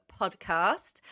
podcast